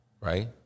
Right